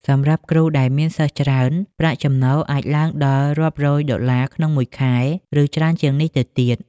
សម្រាប់គ្រូដែលមានសិស្សច្រើន ប្រាក់ចំណូលអាចឡើងដល់រាប់រយដុល្លារក្នុងមួយខែ ឬច្រើនជាងនេះទៅទៀត។